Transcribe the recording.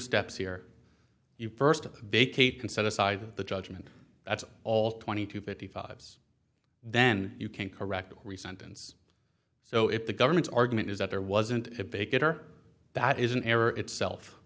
steps here you first vacate can set aside the judgment that's all twenty to fifty five's then you can correct re sentence so if the government's argument is that there wasn't a big it or that is an error itself